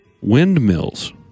Windmills